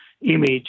image